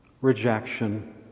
rejection